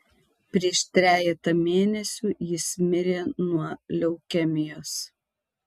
prieš trejetą mėnesių jis mirė nuo leukemijos